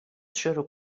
شروع